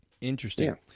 Interesting